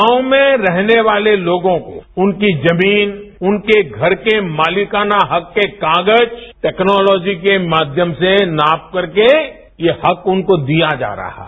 गांव में रहने वाले लोगों को उनकी जमीन उनके घर के मालिकाना हक के कागज टेक्नोलॉजी के माध्यम से नाप करके ये हक उनको दिया जा रहा है